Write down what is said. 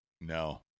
No